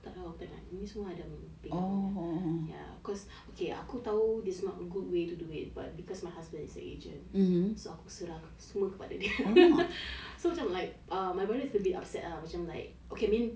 aku tak tahu aku tak ingat ni semua adam punya ya cause okay aku tahu this is not a good way to do it but because my husband is a agent so aku serahkan semua kepada dia so macam like uh my mother is a bit upset ah macam like okay mean